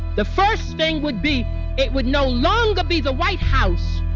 the first thing would be it would no longer be the white house.